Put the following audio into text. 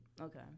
Okay